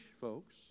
folks